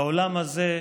בעולם הזה,